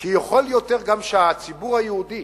כי יכול יותר, גם כשהציבור היהודי